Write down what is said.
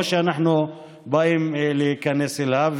לא שאנחנו באים להיכנס אליו,